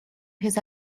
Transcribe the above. his